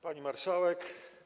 Pani Marszałek!